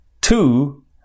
Two